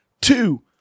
two